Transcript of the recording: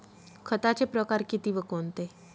खताचे प्रकार किती व कोणते?